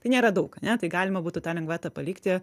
tai nėra daug ane tai galima būtų tą lengvatą palikti